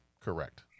Correct